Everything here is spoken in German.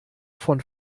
von